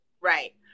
right